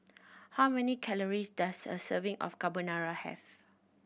how many calories does a serving of Carbonara have